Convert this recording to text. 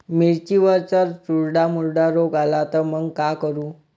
मिर्चीवर जर चुर्डा मुर्डा रोग आला त मंग का करू?